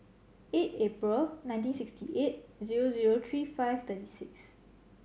eight April nineteen sixty eight zero zero three five twenty six